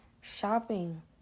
shopping